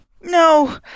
No